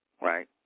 Right